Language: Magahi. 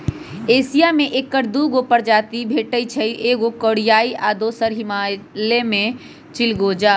एशिया में ऐकर दू गो प्रजाति भेटछइ एगो कोरियाई आ दोसर हिमालय में चिलगोजा